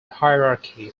hierarchy